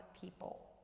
people